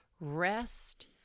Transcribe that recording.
rest